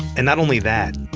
and not only that,